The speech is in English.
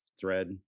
thread